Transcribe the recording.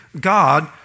God